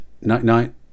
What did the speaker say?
Night-night